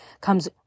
comes